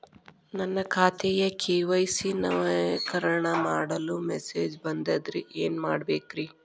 ನನ್ನ ಖಾತೆಯ ಕೆ.ವೈ.ಸಿ ನವೇಕರಣ ಮಾಡಲು ಮೆಸೇಜ್ ಬಂದದ್ರಿ ಏನ್ ಮಾಡ್ಬೇಕ್ರಿ?